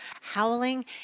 howling